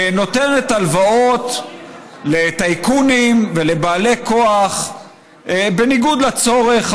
נותנת הלוואות לטייקונים ולבעלי כוח בניגוד לצורך